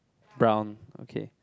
brown okay